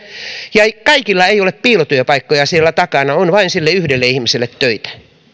ja kaikilla ei ole piilotyöpaikkoja siellä takana on vain sille yhdelle ihmiselle töitä